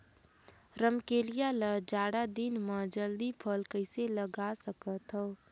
रमकलिया ल जाड़ा दिन म जल्दी फल कइसे लगा सकथव?